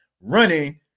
running